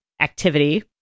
activity